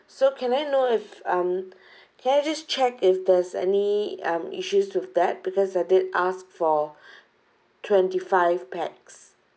so can I know if um can I just check if there's any um issues with that because I did ask for twenty-five pax